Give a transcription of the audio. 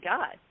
God